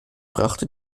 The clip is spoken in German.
brachte